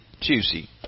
juicy